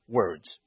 words